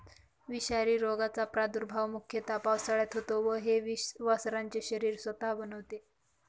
विषारी रोगाचा प्रादुर्भाव मुख्यतः पावसाळ्यात होतो व हे विष वासरांचे शरीर स्वतः बनवते